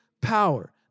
power